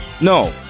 No